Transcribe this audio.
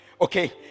Okay